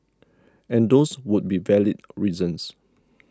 and those would be valid reasons